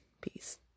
peace